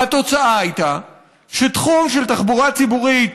והתוצאה הייתה שתחום של תחבורה ציבורית